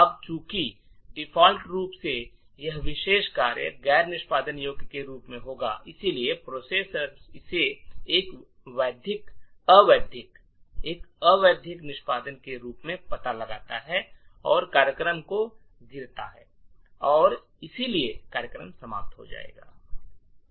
अब चूंकि डिफ़ॉल्ट रूप से यह विशेष कार्य गैर निष्पादन योग्य के रूप में होगा इसलिए प्रोसेसर इसे एक अवैध निष्पादन के रूप में पता लगाता है और कार्यक्रम को गिरता है और इसलिए कार्यक्रम समाप्त हो जाता है